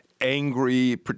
angry